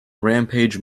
rampage